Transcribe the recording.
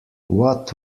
what